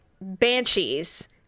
banshees